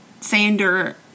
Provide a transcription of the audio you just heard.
Sander